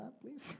please